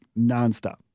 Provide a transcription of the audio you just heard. nonstop